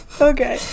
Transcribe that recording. Okay